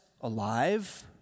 alive